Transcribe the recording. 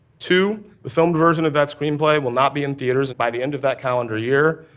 two the filmed version of that screenplay will not be in theaters by the end of that calendar year,